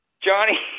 Johnny